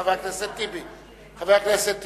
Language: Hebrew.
חבר הכנסת טיבי, חבר הכנסת טיבי,